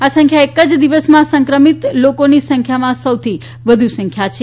આ સંખ્યા એક જ દિવસમાં સંક્રમિત લોકોની સંખ્યામાં સૌથી વધુ સંખ્યા છે